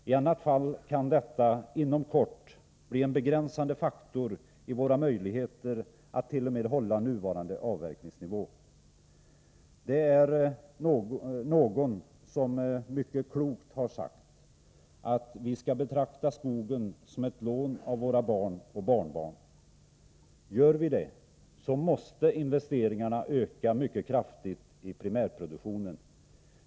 I annat fall kan, inom kort, bristande skogsvård bli en begränsande faktor i våra möjligheter t.o.m. att hålla nuvarande avverkningsnivå. Någon har mycket klokt sagt att vi skall betrakta skogen som ett lån från våra barn och barnbarn. Gör vi det, inser vi också att investeringarna måste öka mycket kraftigt i primärproduktionen.